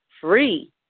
free